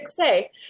say